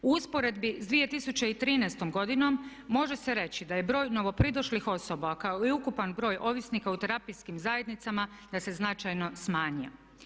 U usporedbi sa 2013. godinom može se reći da je broj novopridošlih osoba kao i ukupan broj ovisnika u terapijskim zajednicama da se značajno smanjio.